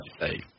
say